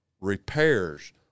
repairs